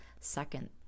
second